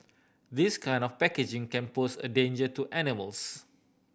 this kind of packaging can pose a danger to animals